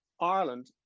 Ireland